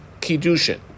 Kiddushin